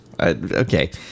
okay